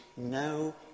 No